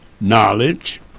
knowledge